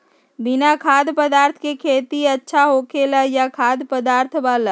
बिना खाद्य पदार्थ के खेती अच्छा होखेला या खाद्य पदार्थ वाला?